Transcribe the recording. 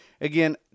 Again